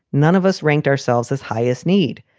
none of us ranked ourselves as highest need.